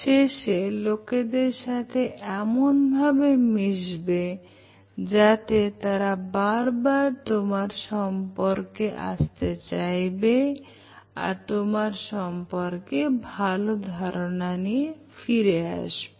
শেষে লোকদের সাথে এমন ভাবে মিশবে যাতে তারা বারবার তোমার সম্পর্কে আসতে চাইবে আর তোমার সম্পর্কে ভালো ধারণা নিয়ে ফিরে আসবে